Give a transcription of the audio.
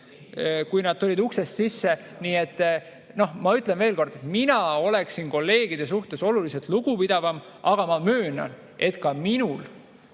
kui nad uksest sisse tulid. Nii et ma ütlen veel kord: mina oleksin kolleegide suhtes oluliselt lugupidavam. Samas ma möönan, et ka minul